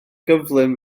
gyflym